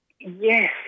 Yes